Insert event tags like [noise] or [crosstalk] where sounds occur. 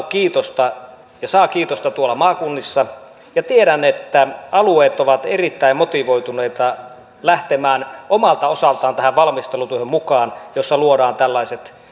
[unintelligible] kiitosta ja saa kiitosta tuolla maakunnissa tiedän että alueet ovat erittäin motivoituneita lähtemään omalta osaltaan tähän valmistelutyöhön mukaan jossa luodaan tällaiset